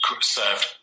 served